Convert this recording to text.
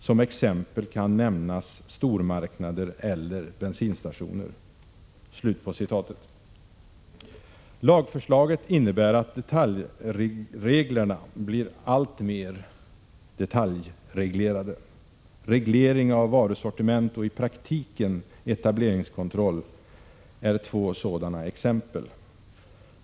Som exempel kan nämnas stormarknader eller bensinstationer.” Lagförslaget innebär att detaljreglerna blir alltmer detaljreglerade. Reglering av varusortiment och i praktiken etableringskontroll är två sådana exempel.